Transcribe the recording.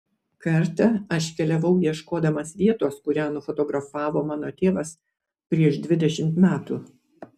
kartą aš keliavau ieškodamas vietos kurią nufotografavo mano tėvas prieš dvidešimt metų